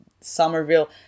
Somerville